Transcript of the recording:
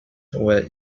were